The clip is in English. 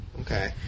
Okay